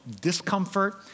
discomfort